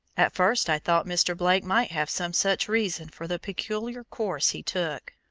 at first i thought mr. blake might have some such reason for the peculiar course he took.